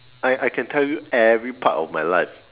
I I can tell you every part of my life